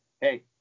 hey